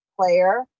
player